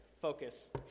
Focus